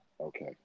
okay